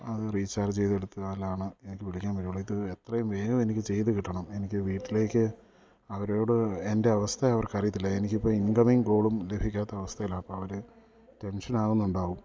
അത് റീചാർജ് ചെയ്തെടുത്താലാണ് എനിക്ക് വിളിക്കാൻ പറ്റുള്ളു ഇത് എത്രയും വേഗം എനിക്ക് ചെയ്തു കിട്ടണം എനിക്ക് വീട്ടിലേക്ക് അവരോട് എൻ്റെ അവസ്ഥ അവർക്ക് അറിയത്തില്ല എനിക്കിപ്പോൾ ഇൻകമിംഗ് കോളും ലഭിക്കാത്ത അവസ്ഥയിലാണ് അപ്പോൾ അവർ ടെൻഷൻ ആകുന്നുണ്ടാവും